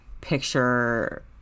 picture